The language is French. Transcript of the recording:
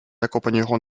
accompagnerons